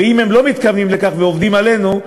ואם הם לא מתכוונים לכך ועובדים עלינו,